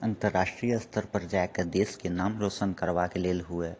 अन्तर्राष्ट्रीय स्तर पर जाए कऽ देशके नाम रोशन करबाक लेल हुए